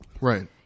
Right